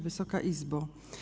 Wysoka Izbo!